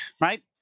Right